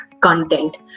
content